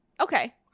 Okay